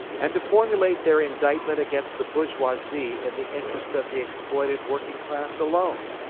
and to formulate their indictment against the bourgeoisie in the interest of the exploited working class alone.